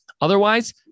Otherwise